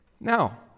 Now